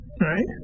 Right